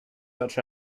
such